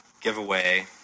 giveaway